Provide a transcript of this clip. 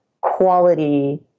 quality